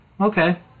okay